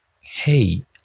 hey